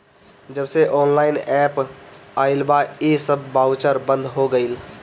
जबसे online app आईल बा इ सब बाउचर बंद हो गईल